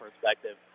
perspective